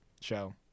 show